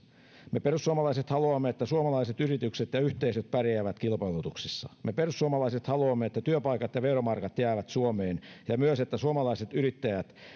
me perussuomalaiset haluamme että suomalaiset yritykset ja yhteisöt pärjäävät kilpailutuksissa me perussuomalaiset haluamme että työpaikat ja veromarkat jäävät suomeen ja myös että suomalaiset yrittäjät